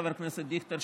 חבר הכנסת דיכטר,